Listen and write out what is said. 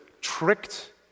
tricked